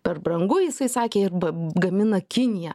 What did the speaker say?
per brangu jisai sakė ir gamina kinija